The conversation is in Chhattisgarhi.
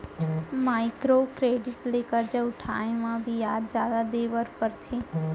माइक्रो क्रेडिट ले खरजा उठाए म बियाज जादा देबर परथे